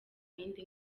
yindi